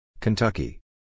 Kentucky